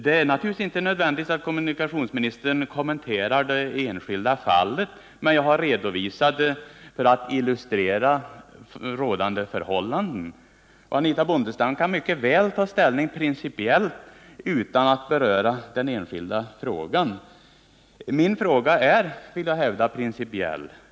Det är naturligtvis inte nödvändigt att kommunikationsministern kommenterar det enskilda fallet. Jag har redovisat det för att illustrera rådande förhållanden. Anitha Bondestam kan mycket väl ta ställning principiellt utan att beröra det enskilda fallet.